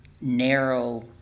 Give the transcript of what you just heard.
narrow